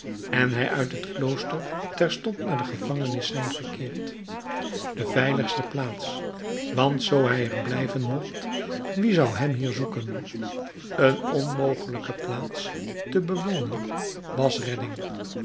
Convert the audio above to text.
en hij uit het klooster terstond naar de gevangenis zijn gekeerd de veiligste plaats want zoo hij er blijven mocht wie zou hem hier zoeken een onmogelijke plaats te bewonen was redding